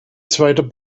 zweiter